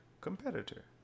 competitor